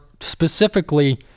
specifically